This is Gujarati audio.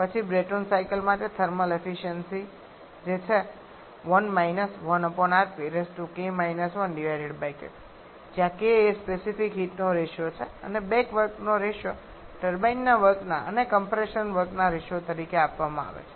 પછી બ્રેટોન સાયકલ માટે થર્મલ એફિસયન્સિ જે છે જ્યાં k એ સ્પેસિફીક હીટનો રેશિયો છે અને બેક વર્કનો રેશિયો ટર્બાઇનના વર્કના અને કમ્પ્રેશન વર્કના રેશિયો તરીકે આપવામાં આવે છે